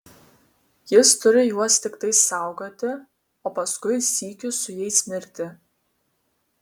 jis turi juos tiktai saugoti o paskui sykiu su jais mirti